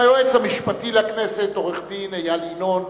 ליועץ המשפטי לכנסת, עורך-דין איל ינון,